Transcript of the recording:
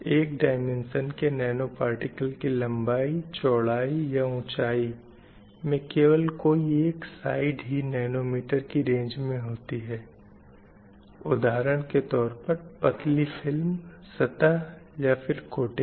एक डाईमेन्शन के nanoparticle की लम्बाई चौड़ाई या ऊँचाई में केवल कोई एक साइड ही नैनो मीटर की रेंज में होती है उदाहरण के तौर पर पतली फ़िल्म सतह या फिर कोटिंग